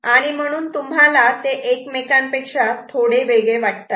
आणि म्हणूनच तुम्हाला ते एकमेकांपेक्षा थोडे वेगळे वाटतात